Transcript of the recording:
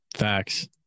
Facts